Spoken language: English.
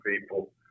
people